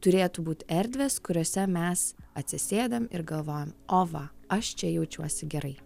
turėtų būt erdvės kuriose mes atsisėdam ir galvojam o va aš čia jaučiuosi gerai